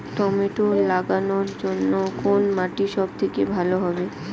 Tomato লাগানোর জন্যে কোন মাটি সব থেকে ভালো হবে?